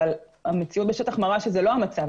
אבל המציאות בשטח מראה שזה לא המצב.